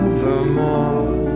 Evermore